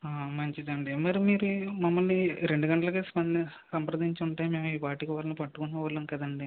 హా మంచిది అండి మరి మీరు మొన్న మీరు రెండు గంటలకే స్పంది సంప్రదించి ఉంటే మేము ఈపాటికి వారిని పట్టుకునే వాళ్ళము కదా అండి